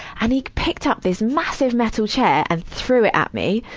and he picked up this massive metal chair and threw it at me.